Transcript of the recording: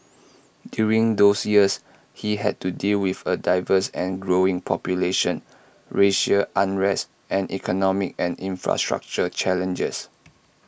during those years he had to deal with A diverse and growing population racial unrest and economic and infrastructural challenges